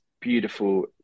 beautiful